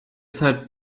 zeit